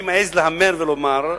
אני מעז להמר ולומר,